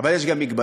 אבל יש גם מגבלות.